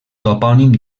topònim